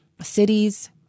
Cities